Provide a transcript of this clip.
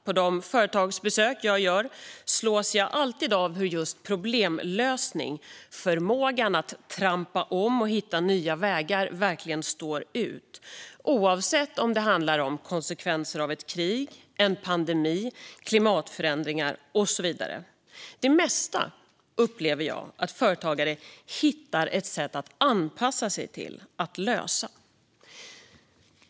På de företagsbesök jag gör slås jag alltid av deras förmåga att lösa problem, trampa om och hitta nya vägar, oavsett om det handlar om konsekvenser av ett krig, en pandemi, klimatförändringar eller något annat. Det mesta upplever jag att företagare hittar sätt att anpassa sig till och lösa.